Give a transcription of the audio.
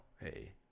hey